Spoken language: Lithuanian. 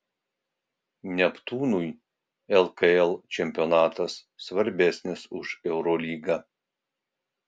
neptūnui lkl čempionatas svarbesnis už eurolygą